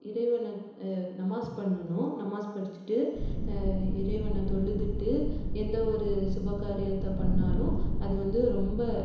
இறைவனை நமாஸ் பண்ணணும் நமாஸ் படித்துட்டு இறைவனை தொழுதுவிட்டு எந்த ஒரு சுப காரியத்தை பண்ணாலும் அது வந்து ரொம்ப